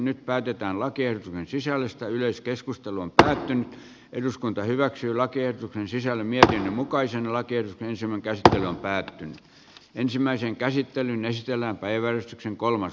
nyt päätetään lakiehdotuksen sisällöstä yleiskeskustelun tänään eduskunta hyväksyy lakien sisällön mieleen mukaisella kielteisemmän käsittely päätettiin ensimmäisen käsittelyn esteenä päivän kolmas